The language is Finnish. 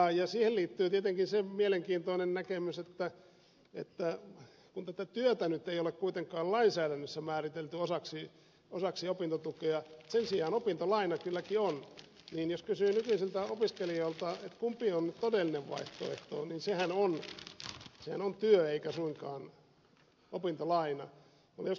siihen liittyy tietenkin se mielenkiintoinen näkemys että kun tätä työtä nyt ei ole kuitenkaan lainsäädännössä määritelty osaksi opintotukea sen sijaan opintolaina kylläkin on niin jos kysyy nykyisiltä opiskelijoilta kumpi on todellinen vaihtoehto niin sehän on työ eikä suinkaan opintolaina